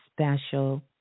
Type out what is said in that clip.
special